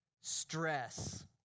Stress